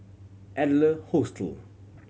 Adler Hostel